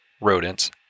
rodents